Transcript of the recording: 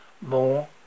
more